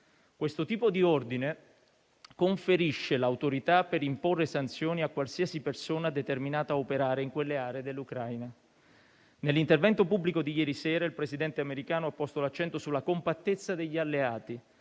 Questo tipo di ordine conferisce l'autorità per imporre sanzioni a qualsiasi persona determinata a operare in quelle aree dell'Ucraina. Nell'intervento pubblico di ieri sera il Presidente americano ha posto l'accento sulla compattezza degli alleati